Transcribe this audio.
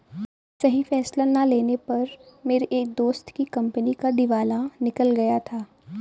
सही फैसला ना लेने पर मेरे एक दोस्त की कंपनी का दिवाला निकल गया था